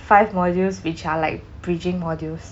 five modules which are like bridging modules